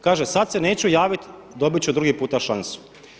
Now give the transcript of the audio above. Kaže, sad se neću javiti, dobit ću drugi puta šansu.